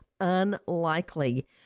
unlikely